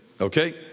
Okay